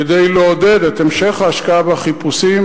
כדי לעודד את המשך ההשקעה בחיפושים.